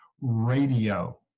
radio